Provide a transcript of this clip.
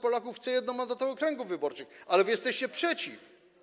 Polaków chce jednomandatowych okręgów wyborczych, ale wy jesteście przeciw.